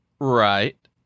Right